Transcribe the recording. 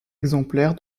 exemplaire